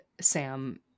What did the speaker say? Sam